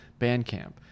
Bandcamp